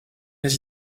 les